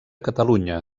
catalunya